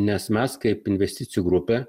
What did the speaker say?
nes mes kaip investicijų grupė